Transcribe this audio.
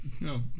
No